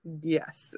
Yes